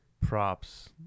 props